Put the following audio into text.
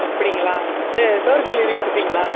அப்படிங்களா இது door delivery கொடுப்பீங்களா